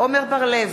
עמר בר-לב,